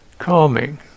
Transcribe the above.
Calming